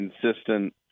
consistent